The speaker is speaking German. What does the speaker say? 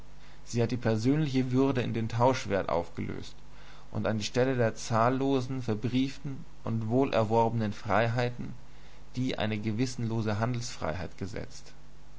sie hat die persönliche würde in den tauschwert aufgelöst und an die stelle der zahllosen verbrieften und wohlerworbenen freiheiten die eine gewissenlose handelsfreiheit gesetzt